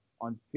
On